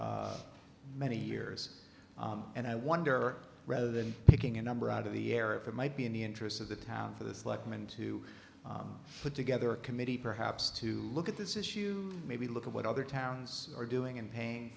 for many years and i wonder rather than taking a number out of the air if it might be in the interests of the town for this like men to put together a committee perhaps to look at this issue maybe look at what other towns are doing and paying